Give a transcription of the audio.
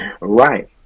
Right